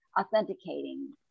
authenticating